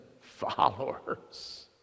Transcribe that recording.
followers